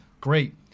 Great